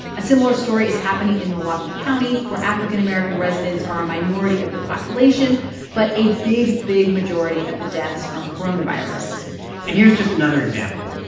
a similar story is happening in milwaukee county, where african american residents are a minority of the population but a big, big majority of the deaths from coronavirus and here's just another another example.